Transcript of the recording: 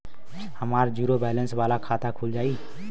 हमार zero balance वाला खाता खुल जाई?